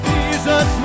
Jesus